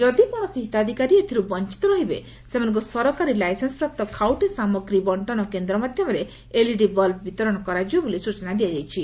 ଯଦି କୌଣସି ହିତାଧିକାରୀ ଏଥିରୁ ବଞ୍ଚିତ ରହିବେ ସେମାନଙ୍ଙୁ ସରକାରୀ ଲାଇସେନ୍ୱପ୍ରାପ୍ତ ଖାଉଟି ସାମଗ୍ରୀ ବକ୍କନ କେନ୍ଦ ମାଧ୍ଧମରେ ଏଲ୍ଇଡି ବଲ୍ବ୍ ବିତରଣ କରାଯିବ ବୋଲି ସ୍ଚନା ଦିଆଯାଇଛି